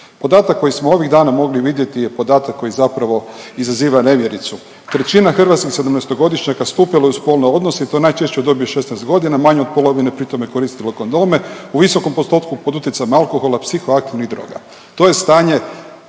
Podatak koji smo ovih dana mogli vidjeti je podatak koji zapravo izaziva nevjericu. Trećina hrvatskih sedamnaestogodišnjaka stupilo je u spolne odnose i to najčešće u dobi od 16 godina, manje od polovine je pri tome koristilo kondome, u visokom postotku pod utjecajem alkohola, psiho aktivnih droga.